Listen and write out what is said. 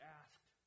asked